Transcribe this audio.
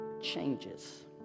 changes